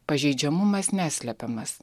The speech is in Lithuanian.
pažeidžiamumas neslepiamas